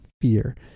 fear